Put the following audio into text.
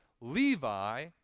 Levi